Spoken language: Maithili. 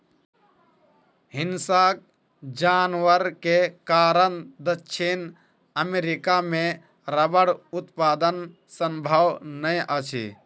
हिंसक जानवर के कारण दक्षिण अमेरिका मे रबड़ उत्पादन संभव नै अछि